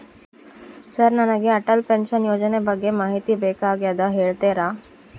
Sir ನನಗೆ Atal pension ಯೋಜನೆ ಬಗ್ಗೆ ಮಾಹಿತಿ ಬೇಕಾಗ್ಯದ ಹೇಳ್ತೇರಾ?